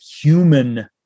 human